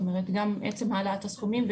גם עצם העלאת הסכומים,